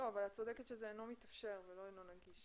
את צודקת שזה "אינו מתאפשר" ולא "אינו נגיש".